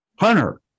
Hunter